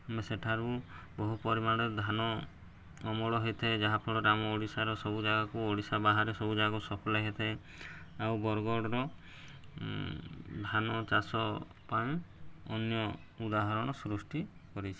ଆମେ ସେଠାରୁ ବହୁ ପରିମାଣରେ ଧାନ ଅମଳ ହେଇଥାଏ ଯାହାଫଳରେ ଆମ ଓଡ଼ିଶାର ସବୁ ଜାଗାକୁ ଓଡ଼ିଶା ବାହାରେ ସବୁ ଜାଗାକୁ ସପ୍ଲାଏ ହେଇଥାଏ ଆଉ ବରଗଡ଼ର ଧାନ ଚାଷ ପାଇଁ ଅନ୍ୟ ଉଦାହରଣ ସୃଷ୍ଟି କରିଛି